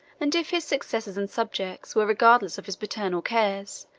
and if his successors and subjects were regardless of his paternal cares,